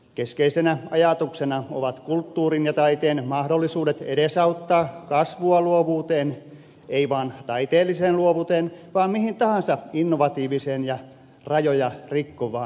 keskeisenä ajatuksena ovat kulttuurin ja taiteen mahdollisuudet edesauttaa kasvua luovuuteen ei vain taiteelliseen luovuuteen vaan mihin tahansa innovatiiviseen ja rajoja rikkovaan ajatteluun